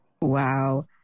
Wow